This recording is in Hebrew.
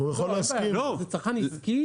הוא יכול -- צרכן עסקי?